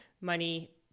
money